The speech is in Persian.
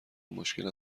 مشکل